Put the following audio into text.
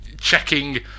checking